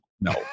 No